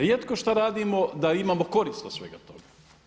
Rijetko šta radimo da imamo korist od svega toga.